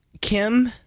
Kim